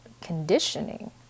conditioning